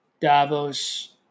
Davos